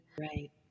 Right